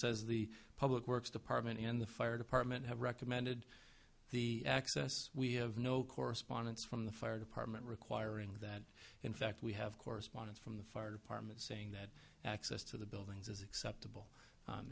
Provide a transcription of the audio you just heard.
says the public works department in the fire department have recommended the access we have no correspondence from the fire department requiring that in fact we have correspondence from the fire department saying that access to the buildings is acceptable